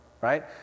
right